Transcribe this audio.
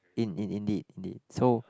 in in indeed indeed so